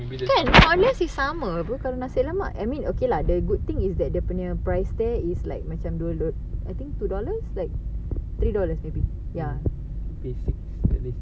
kan unless it's sama apa kalau nasi lemak I mean okay lah the good thing is that dia punya price there is like macam dua I think two dollars three dollars maybe ya